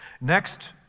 Next